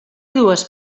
dues